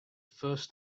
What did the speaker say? first